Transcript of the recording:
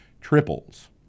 triples